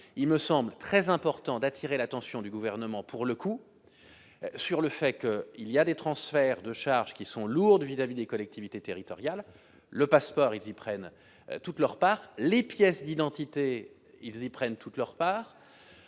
il me semble très important d'attirer l'attention du gouvernement pour le coup sur le fait qu'il y a des transferts de charges qui sont lourdes vis-à-vis des collectivités territoriales, le passeport, ils prennent toute leur part, les pièces d'identité, ils y prennent toute leur part